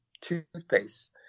toothpaste